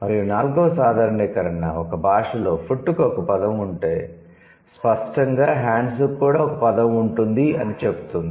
మరియు నాల్గవ సాధారణీకరణ ఒక భాషలో 'ఫుట్' కు ఒక పదం ఉంటే స్పష్టంగా 'హాండ్స్' కు కూడా ఒక పదం ఉంటుంది అని చెబుతుంది